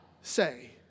say